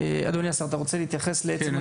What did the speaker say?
אדוני השר, אתה רוצה להתייחס לעצם הנקודה?